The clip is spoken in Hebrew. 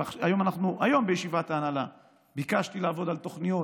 היום בישיבת הנהלה ביקשתי לעבוד על תוכניות